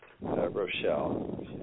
Rochelle